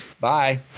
Bye